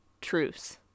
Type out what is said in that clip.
truce